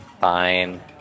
fine